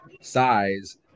size